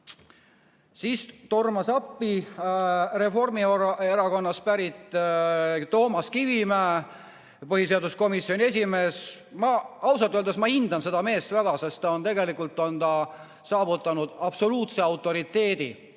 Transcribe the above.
Siis tormas appi Reformierakonnast pärit Toomas Kivimägi, põhiseaduskomisjoni esimees. Ma ausalt öeldes hindan seda meest väga, sest tegelikult on ta saavutanud absoluutse autoriteedi,